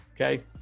okay